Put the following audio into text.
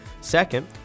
Second